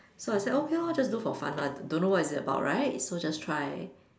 so I say okay lor just do for fun lor don't know what is it about so just try